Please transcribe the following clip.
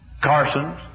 Carson's